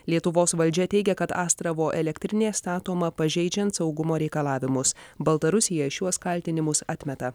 lietuvos valdžia teigia kad astravo elektrinė statoma pažeidžiant saugumo reikalavimus baltarusija šiuos kaltinimus atmeta